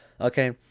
Okay